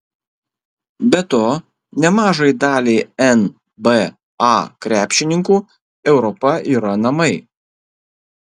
be to nemažai daliai nba krepšininkų europa yra namai